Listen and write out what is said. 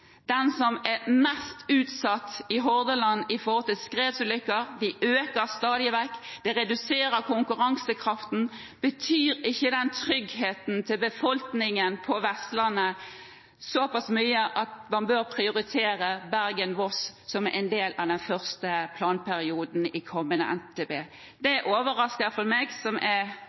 den som er mest utsatt i Hordaland med tanke på skredulykker, som øker stadig vekk, noe som reduserer konkurransekraften – betyr ikke tryggheten til befolkningen på Vestlandet såpass mye at man bør prioritere Bergen–Voss som en del av den første planperioden i kommende NTP? Det overrasker iallfall meg, som er